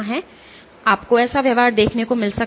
तो आपको ऐसा व्यवहार देखने को मिल सकता है